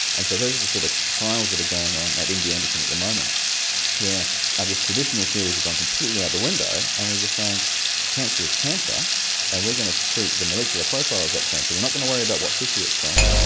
and so those are the sort of trials that are going on at the md anderson at the moment where i guess traditional theories have gone completely out the window and we're just saying cancer is cancer and we're going to treat the molecular profile of that cancer, we're not going to worry about what tissue it's from,